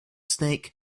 snake